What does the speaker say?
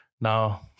now